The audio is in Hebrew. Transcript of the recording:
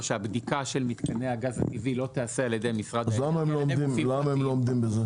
הבדיקה של מתקני הגז הטבעי לא תעשה על ידי --- למה הם לא עומדים בזה?